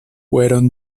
fueron